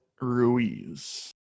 Ruiz